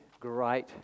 great